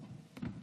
כבוד סגן השר,